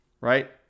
Right